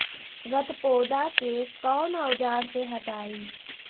गत्पोदा के कौन औजार से हटायी?